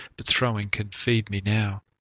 but throwing can feed me now.